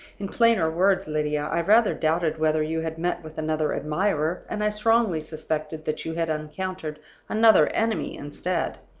in plainer words, lydia, i rather doubted whether you had met with another admirer and i strongly suspected that you had encountered another enemy instead.